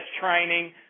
training